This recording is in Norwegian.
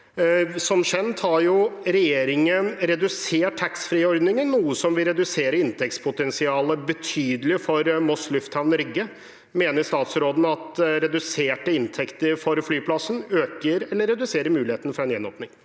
Som kjent har regjeringen redusert taxfree-ordningen, noe som vil redusere inntektspotensialet betydelig for Moss lufthavn, Rygge. Mener statsråden at reduserte inntekter for flyplassen øker eller reduserer muligheten for en gjenåpning?